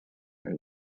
and